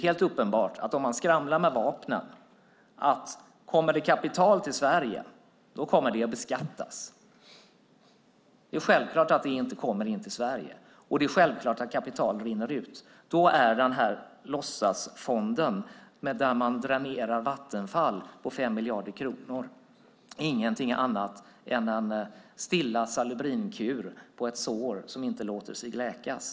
Men om man skramlar med vapnen att kommer det kapital till Sverige kommer det att beskattas är det helt klart att kapitalet inte kommer in till Sverige. Det är självklart att kapital då rinner ut, och då är den låtsasfond där man dränerar Vattenfall med 5 miljarder kronor ingenting annat än en stilla Salubrinkur på ett sår som inte låter sig läkas.